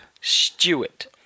Stewart